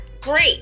great